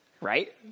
Right